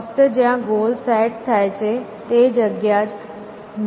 ફક્ત જ્યાં goal set થાય છે તે જગ્યા જ મહત્વની ભૂમિકા ભજવે છે